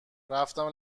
رفتم